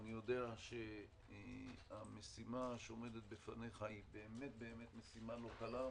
אני יודע שהמשימה שעומדת בפניך היא באמת לא קלה,